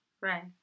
Right